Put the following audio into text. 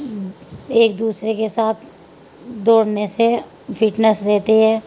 ایک دوسرے کے ساتھ دوڑنے سے فٹنس رہتی ہے